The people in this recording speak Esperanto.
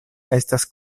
estas